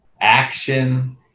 action